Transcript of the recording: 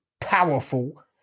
powerful